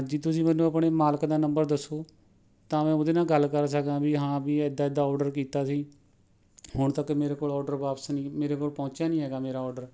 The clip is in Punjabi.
ਹਾਂਜੀ ਤੁਸੀਂ ਮੈਨੂੰ ਆਪਣੇ ਮਾਲਕ ਦਾ ਨੰਬਰ ਦੱਸੋ ਤਾਂ ਮੈਂ ਉਹਦੇ ਨਾਲ ਗੱਲ ਕਰ ਸਕਾਂ ਵੀ ਹਾਂ ਵੀ ਏਦਾਂ ਏਦਾਂ ਆਰਡਰ ਕੀਤਾ ਸੀ ਹੁਣ ਤੱਕ ਮੇਰੇ ਕੋਲ ਆਰਡਰ ਵਾਪਸ ਨਹੀਂ ਮੇਰੇ ਕੋਲ ਪਹੁੰਚਿਆ ਨਹੀਂ ਹੈਗਾ ਮੇਰਾ ਆਰਡਰ